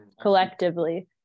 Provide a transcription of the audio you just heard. collectively